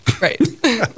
Right